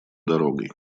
дорогой